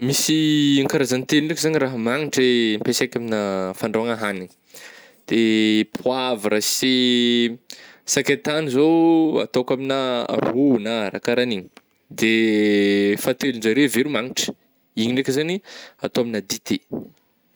Misy karazany telo ndraiky zany raha magnitry ampiasaiky aminà fandrahoagna hanigny de poavra sy sakay tany zao ataoko aminà ro na rah karahan'igny de fahatelon'jare veromagnitry igny ndraiky zany atao aminà dite.